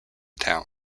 town